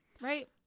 Right